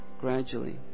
gradually